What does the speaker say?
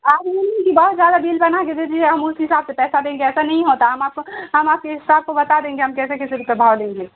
آپ یہ نہیں کہ بہت زیادہ بل بنا کے دے دیجیے ہم اس حساب سے پیسہ دیں گے ایسا نہیں ہوتا ہم آپ کو ہم آپ کے صاحب کو بتا دیں گے ہم کیسے کیسے روپے بھاؤ لیں گے